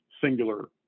singular